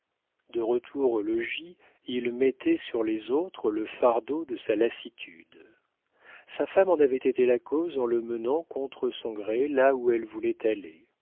de retour au logis il mettait sur les autres le fardeau de sa lassitude sa femme en avait été la cause en le menant contre son gré là où elle voulait aller